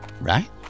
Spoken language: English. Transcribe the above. right